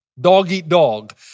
dog-eat-dog